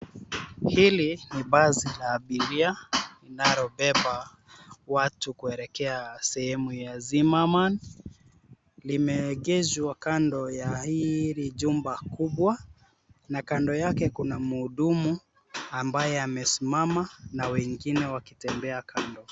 Hili ni basi la abiria linalobeba watu kuelekea sehemu ya Zimmerman. Limeegeshwa kando ya hili jumba kubwa na kando yake kuna mhudumu ambaye amesimama na wengine wakitembea kando.